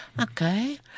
Okay